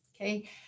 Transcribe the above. Okay